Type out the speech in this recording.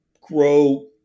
grow